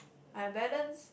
I balance